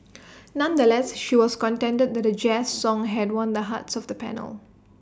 nonetheless she was contented that A jazz song had won the hearts of the panel